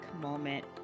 moment